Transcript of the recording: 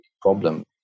problem